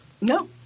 No